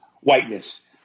whiteness